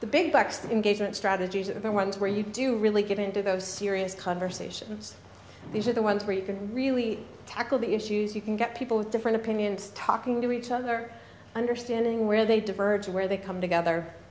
the engagement strategies are the ones where you do really get into those serious conversations and these are the ones where you can really tackle the issues you can get people with different opinions talking to each other understanding where they diverge where they come together